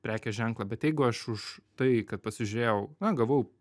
prekės ženklą bet jeigu aš už tai kad pasižiūrėjau na gavau